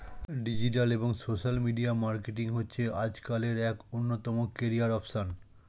digital এবং social media marketing হচ্ছে আজকালের এক অন্যতম ক্যারিয়ার অপসন